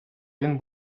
він